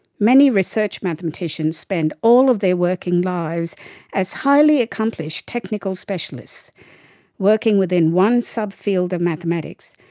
many research mathematicians spend all of their working lives as highly accomplished technical specialists working within one subfield of mathematics,